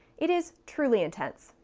it is truly intense.